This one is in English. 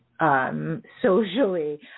Socially